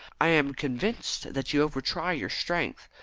i am convinced that you over-try your strength.